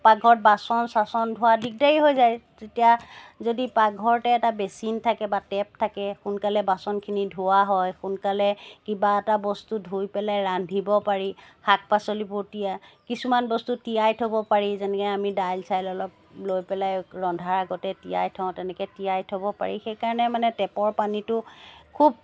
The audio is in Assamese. পাকঘৰত বাচন চাচন ধোৱা দিগদাৰি হৈ যায় তেতিয়া যদি পাকঘৰতে এটা বেছিন থাকে বা টেপ থাকে সোনকালে বাচনখিনি ধোৱা হয় সোনকালে কিবা এটা বস্তু ধুই পেলাই ৰান্ধিব পাৰি শাক পাচলিবোৰ তিয়াই কিছুমান বস্তু তিয়াই থব পাৰি যেনেকৈ আমি দাইল চাইল অলপ লৈ পেলাই ৰন্ধাৰ আগতে তিয়াই থওঁ তেনেকৈ তিয়াই থব পাৰি সেইকাৰণে মানে টেপৰ পানীটো খুব